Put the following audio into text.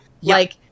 like-